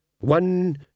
one